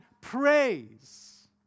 praise